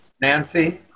Nancy